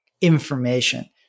information